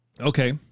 Okay